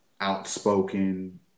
outspoken